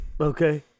Okay